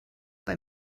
bei